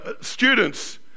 students